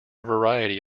variety